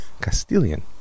Castilian